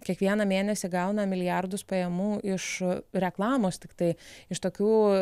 kiekvieną mėnesį gauna milijardus pajamų iš reklamos tiktai iš tokių